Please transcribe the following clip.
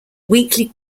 weekly